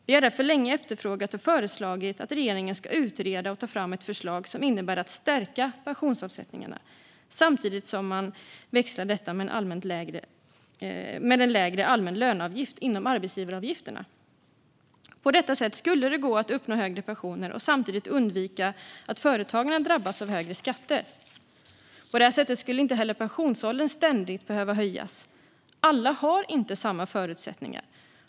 Vi har därför länge efterfrågat och föreslagit att regeringen ska utreda och ta fram ett förslag som innebär att man stärker pensionsavsättningarna samtidigt som man växlar detta med en lägre allmän löneavgift inom arbetsgivaravgifterna. På detta sätt skulle det gå att uppnå högre pensioner och samtidigt undvika att företagarna drabbas av högre skatter. På det sättet skulle inte heller pensionsåldern ständigt behöva höjas. Alla har inte samma förutsättningar.